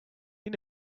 you